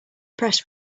press